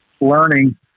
learning